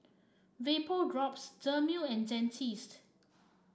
Vapodrops Dermale and Dentiste